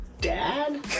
dad